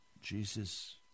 Jesus